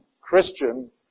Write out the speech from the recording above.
Christian